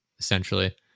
Essentially